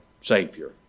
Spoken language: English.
Savior